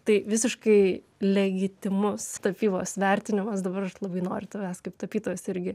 tai visiškai legitimus tapybos vertinimas dabar aš labai noriu tavęs kaip tapytojos irgi